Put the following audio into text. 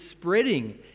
spreading